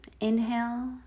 Inhale